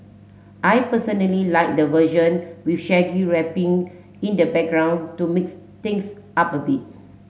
I personally like the version with Shaggy rapping in the background to mix things up a bit